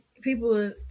people